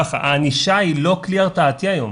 הענישה היא לא כלי הרתעתי היום.